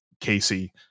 Casey